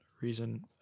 reason